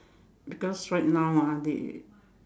because right now ah they